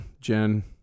Jen